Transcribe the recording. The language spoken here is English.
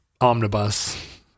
Omnibus